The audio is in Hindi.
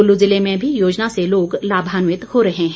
कुल्लू जिले में भी योजना से लोग लाभान्वित हो रहे हैं